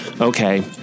okay